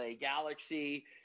Galaxy